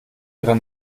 ihre